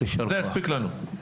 זה יספיק לנו.